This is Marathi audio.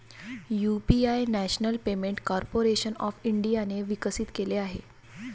UPI national payment corporation of इंडियाने विकसित केले आहे